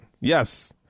Yes